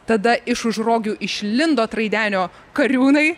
tada iš už rogių išlindo traidenio kariūnai